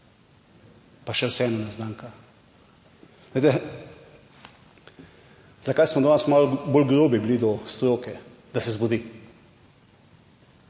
Pa še vseeno neznanka. Glejte, zakaj smo danes malo bolj grobi bili do stroke, da se zbudi.